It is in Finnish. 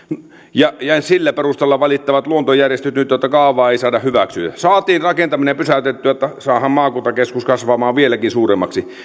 ja sillä perusteella valittavat luontojärjestöt nyt että kaavaa ei saa hyväksyä saatiin rakentaminen pysäytettyä että saadaan maakuntakeskus kasvamaan vieläkin suuremmaksi